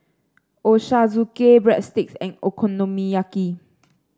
Ochazuke Breadsticks and Okonomiyaki